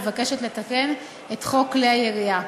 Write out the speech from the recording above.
מבקשת לתקן את חוק כלי הירייה.